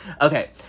Okay